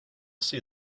see